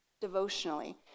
devotionally